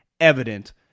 evident